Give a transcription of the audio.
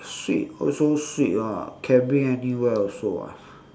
sweet also sweet [what] can bring anywhere also [what]